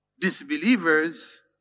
disbelievers